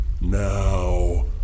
Now